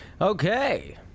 Okay